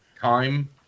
time